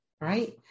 right